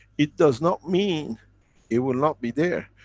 it does not mean it will not be there.